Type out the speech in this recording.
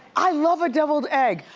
i love a deviled egg,